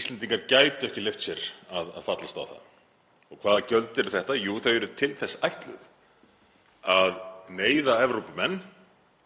Íslendingar gætu ekki leyft sér að fallast á það. Hvaða gjöld eru þetta? Jú, þau eru til þess ætluð að neyða Evrópumenn